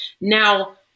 Now